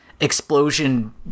Explosion